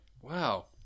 Wow